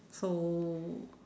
so